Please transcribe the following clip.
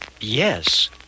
Yes